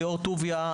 ליאור טוביה,